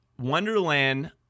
Wonderland